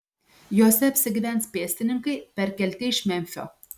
jose apsigyvens pėstininkai perkelti iš memfio